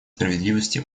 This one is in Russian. справедливости